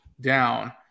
down